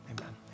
amen